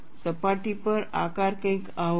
સપાટી પર આકાર કંઈક આવો છે